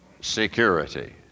security